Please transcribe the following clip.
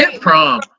prom